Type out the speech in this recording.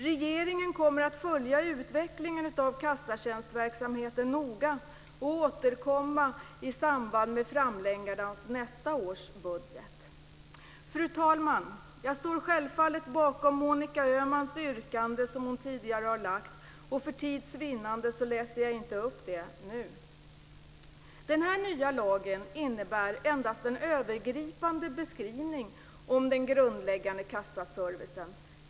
Regeringen kommer att följa utvecklingen av kassatjänstverksamheten noga och återkomma i samband med framläggandet av nästa års budget. Fru talman! Jag står självfallet bakom Monica Öhmans tidigare yrkande, men för tids vinnande läser jag inte upp det nu. Den här nya lagen innebär endast en övergripande beskrivning av den grundläggande kassaservicen.